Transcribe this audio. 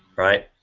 right?